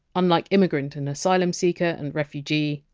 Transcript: unlike! immigrant! and! asylum seeker! and! refugee!